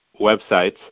websites